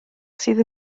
sydd